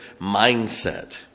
mindset